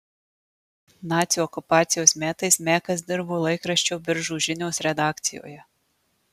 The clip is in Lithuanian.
nacių okupacijos metais mekas dirbo laikraščio biržų žinios redakcijoje